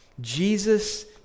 Jesus